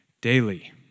daily